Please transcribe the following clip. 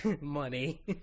money